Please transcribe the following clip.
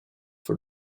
for